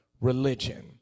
religion